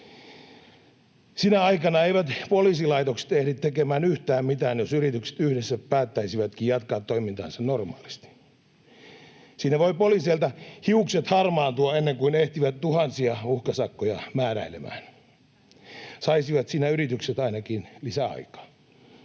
Sinä aikana eivät poliisilaitokset ehdi tekemään yhtään mitään, jos yritykset yhdessä päättäisivätkin jatkaa toimintaansa normaalisti. Siinä voivat poliiseilta hiukset harmaantua ennen kuin ehtivät tuhansia uhkasakkoja määräilemään. Saisivat siinä yritykset ainakin lisäaikaa.